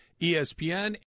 ESPN